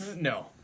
No